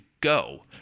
go